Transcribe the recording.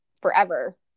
forever